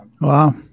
Wow